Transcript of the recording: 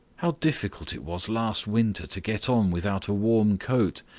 how difficult it was last winter to get on without a warm coat.